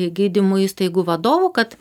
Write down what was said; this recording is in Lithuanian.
gydymo įstaigų vadovų kad